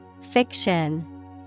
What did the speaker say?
Fiction